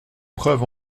preuve